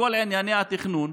מכל ענייני התכנון.